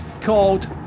called